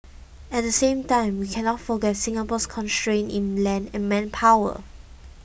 at the same time we cannot forget Singapore's constraints in land and manpower